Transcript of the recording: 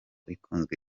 ikunzwe